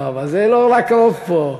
לא, אבל זה לא רק רוב פה.